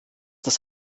das